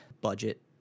budget